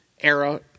era